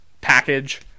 package